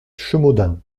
chemaudin